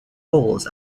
holes